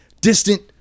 Distant